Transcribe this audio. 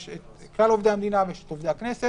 יש את כלל עובדי המדינה ויש את עובדי הכנסת.